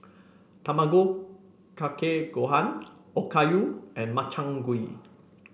Tamago Kake Gohan Okayu and Makchang Gui